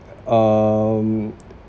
um